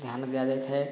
ଧ୍ୟାନ ଦିଆଯାଇଥାଏ